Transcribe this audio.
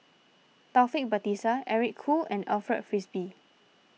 Taufik Batisah Eric Khoo and Alfred Frisby